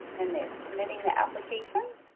and they're submitting the application.